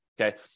Okay